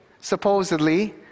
supposedly